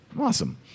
awesome